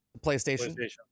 PlayStation